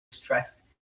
trust